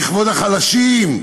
לכבוד החלשים?